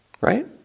right